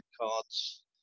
cards